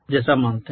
जैसा मानते हैं